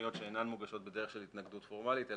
תוכניות שאינן מוגשות בדרך של התנגדות פורמלית,